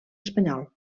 espanyol